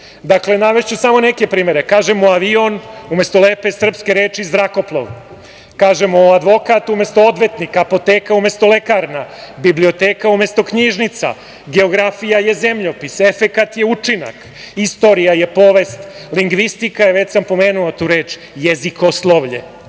Dakle, navešću samo neke primere. Kažemo avion umesto lepe srpske reči zrakoplov. Kažemo advokat umesto odvetnik, apoteka umesto lekarna, biblioteka umesto knjižnica, geografija je zemljopis, efekat je učinak, istorija je povest, lingvistika je, već sam pomenuo tu reč, jezikoslovlje,